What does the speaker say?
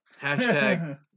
Hashtag